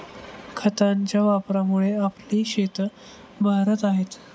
खतांच्या वापरामुळे आपली शेतं बहरत आहेत